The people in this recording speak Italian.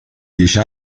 dieci